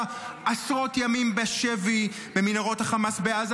עשרות ימים בשבי במנהרות חמאס בעזה,